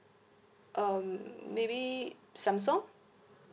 um maybe samsung